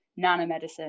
nanomedicine